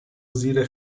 زیر